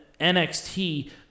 NXT